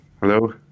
Hello